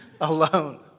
alone